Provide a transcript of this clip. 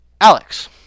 Alex